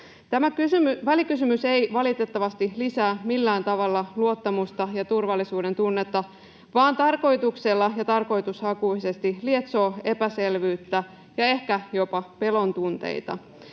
Tämä välikysymys ei valitettavasti lisää millään tavalla luottamusta ja turvallisuudentunnetta vaan tarkoituksella ja tarkoitushakuisesti lietsoo epäselvyyttä ja ehkä jopa pelon tunteita.